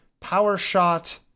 Powershot